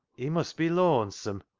he must be looansome.